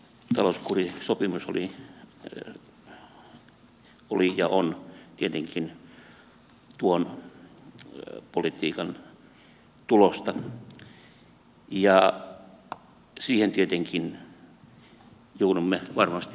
talouskurisopimus oli ja on tietenkin tuon politiikan tulosta ja siihen tietenkin joudumme varmasti palaamaan